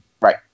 Right